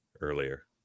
earlier